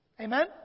Amen